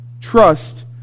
trust